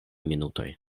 minutoj